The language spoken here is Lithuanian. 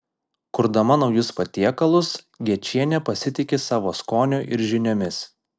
kurdama naujus patiekalus gečienė pasitiki savo skoniu ir žiniomis